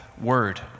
word